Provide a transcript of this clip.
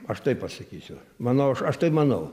aš taip pasakysiu manau aš aš tai manau